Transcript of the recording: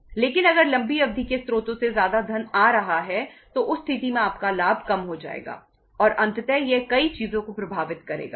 लेकिन अगर लंबी अवधि के स्रोतों से ज्यादा धन आ रहा है तो उस स्थिति में आपका लाभ कम हो जाएगा और अंततः यह कई चीजों को प्रभावित करेगा